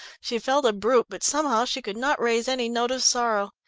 she felt a brute, but somehow she could not raise any note of sorrow.